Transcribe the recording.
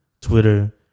Twitter